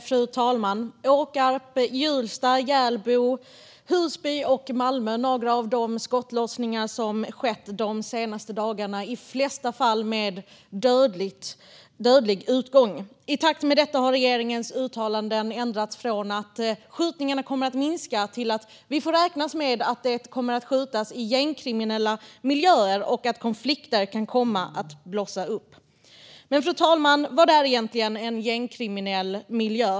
Fru talman! Åkarp, Hjulsta, Hjällbo, Husby och Malmö är några av de platser där skottlossningar har skett de senaste dagarna. I de flesta fall har det fått dödlig utgång. I takt med detta har regeringens uttalanden ändrats från att skjutningarna kommer att minska till att vi får räkna med att det kommer att skjutas i gängkriminella miljöer och att konflikter kan komma att blossa upp. Men, fru talman, vad är egentligen en gängkriminell miljö?